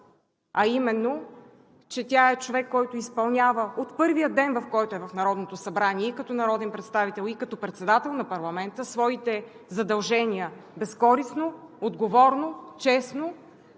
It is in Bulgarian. а именно, че тя е човек, който изпълнява – от първия си ден в Народното събрание и като народен представител, и като председател на парламента своите задължения безкористно, отговорно, честно